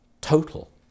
total